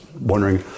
wondering